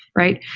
right?